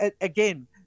again